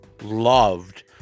loved